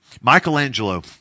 Michelangelo